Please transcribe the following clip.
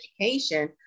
education